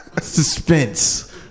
Suspense